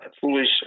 foolish